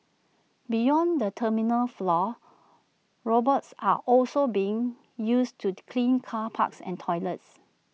beyond the terminal floors robots are also being used to clean car parks and toilets